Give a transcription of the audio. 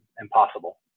impossible